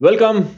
Welcome